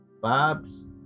Bob's